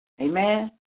Amen